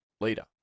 leader